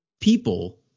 people